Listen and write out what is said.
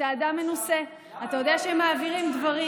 אתה יודע שמעבירים דברים.